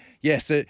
Yes